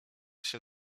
się